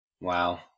Wow